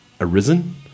arisen